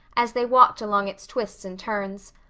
as they walked along its twists and turns.